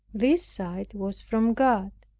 this sight was from god.